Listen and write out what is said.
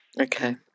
Okay